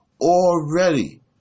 already